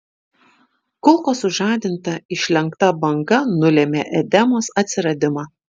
kulkos sužadinta išlenkta banga nulėmė edemos atsiradimą